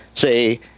say